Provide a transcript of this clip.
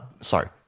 Sorry